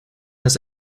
his